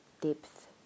depth